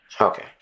Okay